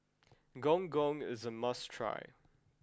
Gong Gong is a must try